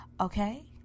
Okay